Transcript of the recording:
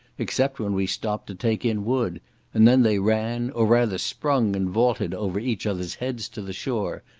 except when we stopped to take in wood and then they ran, or rather sprung and vaulted over each other's heads to the shore,